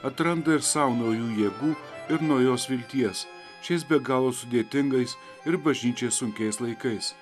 atranda ir sau naujų jėgų ir naujos vilties šiais be galo sudėtingais ir bažnyčiai sunkiais laikais